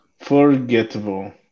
Forgettable